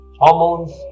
hormones